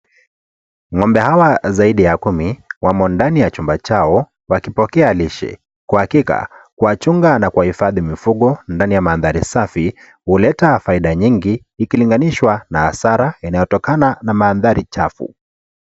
Ng'ombe hawa zaidi ya kumi wamo ndani ya chumba chao wakipokea lishe, kwa hakika kuwachunga na kuwahifadhi mifugo ndani ya mandhari safi huleta faida nyingi ikilinganishwa na hasara inayotokana na mandhari chafu.